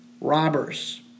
robbers